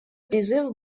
призыв